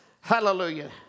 hallelujah